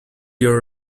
your